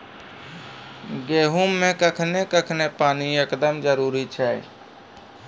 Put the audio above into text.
गेहूँ मे कखेन कखेन पानी एकदमें जरुरी छैय?